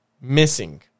Missing